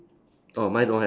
oh mine don't have